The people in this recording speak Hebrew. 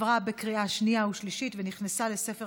נתקבל.